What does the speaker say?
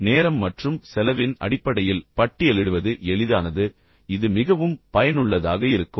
எனவே நேரம் மற்றும் செலவின் அடிப்படையில் பட்டியலிடுவது மிகவும் எளிதானது இது மிகவும் பயனுள்ளதாக இருக்கும்